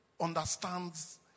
understands